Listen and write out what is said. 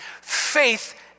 Faith